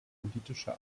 politische